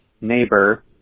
neighbor